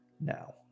now